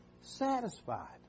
satisfied